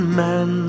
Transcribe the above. man